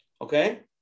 Okay